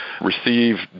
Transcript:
receive